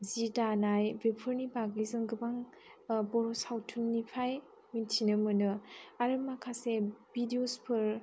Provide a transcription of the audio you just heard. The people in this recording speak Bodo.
जि दानाय बेफोरनि बागै जों गोबां बर' सावथुननिफ्राय मिन्थिनो मोनो आरो माखासे भिडियसफोर